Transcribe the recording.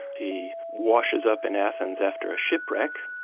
he washes up in athens after a shipwreck,